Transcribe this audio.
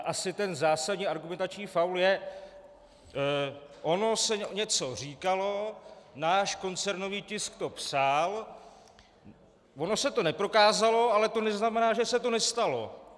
Asi ten v zásadě argumentační faul je: Ono se něco říkalo, náš koncernový tisk to psal, ono se to neprokázalo, ale to neznamená, že se to nestalo.